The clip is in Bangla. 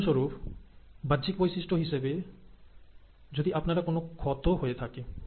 উদাহরণস্বরূপ বাহ্যিক বৈশিষ্ট্য হিসেবে যদি আপনার কোনো ক্ষত হয়ে থাকে